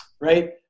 right